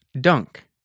Dunk